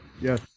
Yes